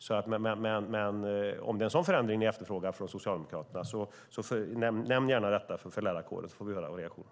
Men om ni i Socialdemokraterna efterfrågar en sådan förändring får ni gärna nämna det för lärarkåren, så får vi höra reaktionen.